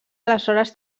aleshores